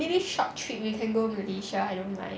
or maybe short trip we can go malaysia I don't mind